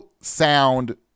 sound